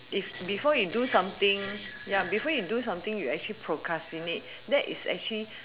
if before you do something ya before you do something you actually procrastinate that is actually